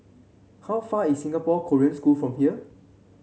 how far is Singapore Korean School from here